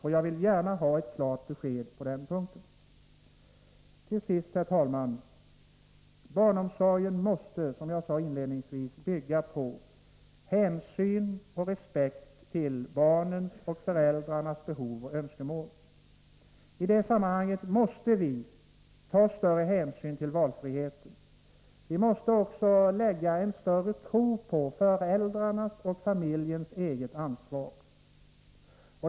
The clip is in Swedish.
Jag vill gärna ha ett klart besked på den här punkten. Till sist, herr talman: Barnomsorgen måste, som jag sade inledningsvis, bygga på hänsyn och respekt gentemot barnens och föräldrarnas behov och önskemål. I det sammanhanget måste vi ta större hänsyn till valfriheten. Vi måste också visa större tro på föräldrarnas och familjens eget ansvar.